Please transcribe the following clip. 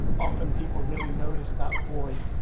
often people really notice that boy.